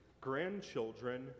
grandchildren